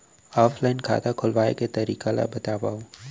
Offline खाता खोलवाय के तरीका ल बतावव?